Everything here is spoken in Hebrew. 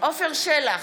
עפר שלח,